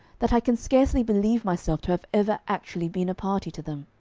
that i can scarcely believe myself to have ever actually been a party to them.